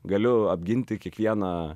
galiu apginti kiekvieną